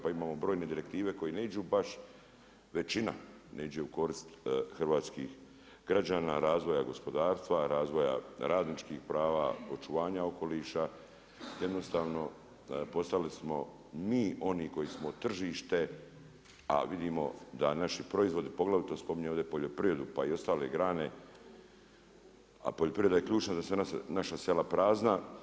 Pa imamo brojne direktive koje ne idu baš većina ne ide u korist hrvatskih građana, razvoja gospodarstva, razvoja radničkih prava, očuvanja okoliša, jednostavno postali smo mi oni koji smo tržište, a vidimo da naši proizvodi poglavito ovdje spominje poljoprivredu pa i ostale grane, a poljoprivreda je ključna da su naša sela prazna.